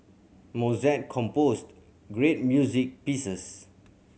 Mozart composed great music pieces